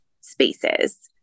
spaces